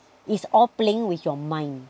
it's all playing with your mind